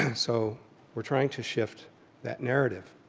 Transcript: so we're trying to shift that narrative.